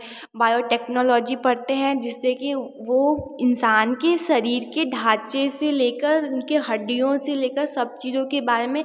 biotechnology पढ़ते हैं जिससे कि वह इंसान के शरीर के ढाँचे से लेकर उनके हड्डियों से लेकर सब चीज़ों के बारे में